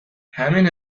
همین